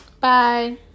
Bye